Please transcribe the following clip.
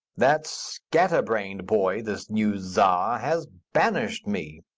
that scatter-brained boy, this new czar, has banished me.